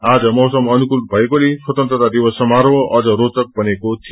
आज मौसम अनुकूल भएकोले स्तन्त्रता दिवसा समारोह अझ रोचक बनिएको थियो